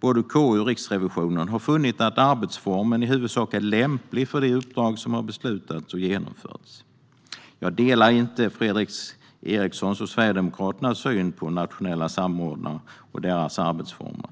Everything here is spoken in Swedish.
Både KU och Riksrevisionen har funnit att arbetsformen i huvudsak är lämplig för de uppdrag som har beslutats och genomförts. Jag delar inte Fredrik Erikssons och Sverigedemokraternas syn på de nationella samordnarna och deras arbetsformer.